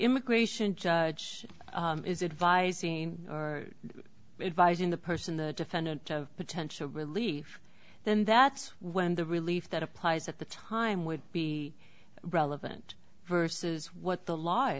immigration judge is advising or advise in the person the defendant of potential relief then that's when the relief that applies at the time would be relevant versus what the l